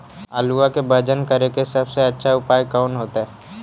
आलुआ के वजन करेके सबसे अच्छा उपाय कौन होतई?